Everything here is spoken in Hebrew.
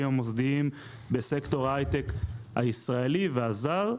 המוסדיים בסקטור ההייטק הישראלי והזר.